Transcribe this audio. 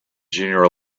junior